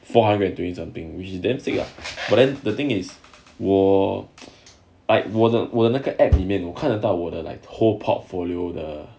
four hundred and twenty something which you damn sick ah but then the thing is 我 I 我有我的那个 app 里面我看得到我的 like whole portfolio the